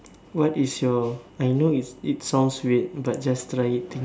what is your I know it it sounds weird but just try eating